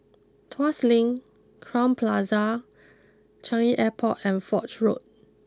Tuas Link Crowne Plaza Changi Airport and Foch Road